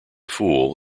fool